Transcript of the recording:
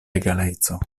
egaleco